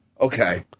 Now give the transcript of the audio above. Okay